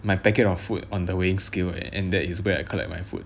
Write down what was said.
my packet of food on the weighing scale and and that is where I collect my food